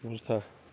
بوٗزتھا